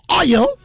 oil